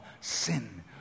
sin